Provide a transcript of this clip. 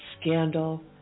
scandal